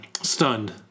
stunned